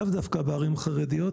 לאו דווקא בערים החרדיות.